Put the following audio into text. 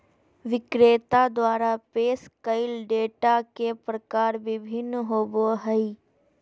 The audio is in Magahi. विक्रेता द्वारा पेश कइल डेटा के प्रकार भिन्न होबो हइ